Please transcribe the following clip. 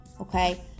Okay